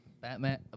batman